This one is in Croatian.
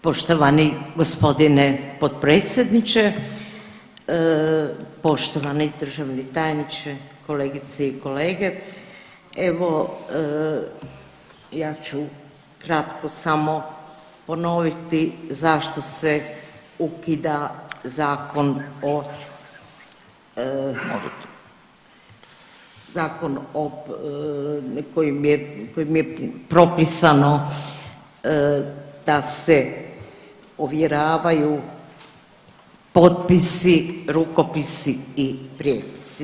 Poštovani gospodine potpredsjedniče, poštovani državni tajniče, kolegice i kolege, evo ja ću kratko samo ponoviti zašto se ukida zakon o, zakon o, kojim je propisano da se ovjeravaju potpisi, rukopisi i prijepisi.